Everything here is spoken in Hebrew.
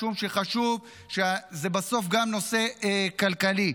משום שזה בסוף גם נושא כלכלי.